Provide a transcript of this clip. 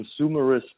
consumerist